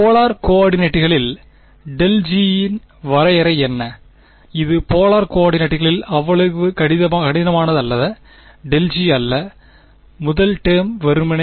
polar கோஆர்டினேட்களில் ∇G இன் வரையறை என்ன இது போலார் கோஆர்டினேட்களில் அவ்வளவு கடினமானதல்ல ∇G அல்ல முதல் டேர்ம் வெறுமனே